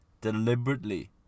deliberately